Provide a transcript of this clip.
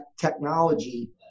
technology